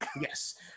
yes